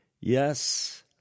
Yes